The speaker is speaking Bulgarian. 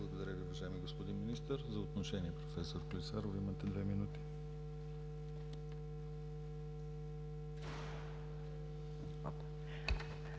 Благодаря Ви, уважаеми господин Министър. За отношение проф. Клисарова, имате две минути.